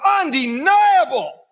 undeniable